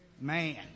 Man